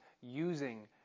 using